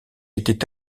était